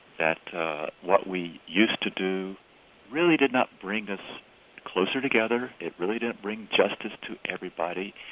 that what we used to do really did not bring us closer together. it really didn't bring justice to everybody.